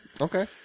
Okay